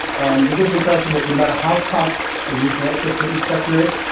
and you get the impression that no matter how tough a new hampshire food inspector is,